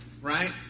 right